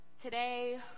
Today